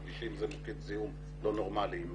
הכבישים הם מוקד זיהום לא נורמלי עם